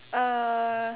uh